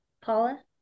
Paula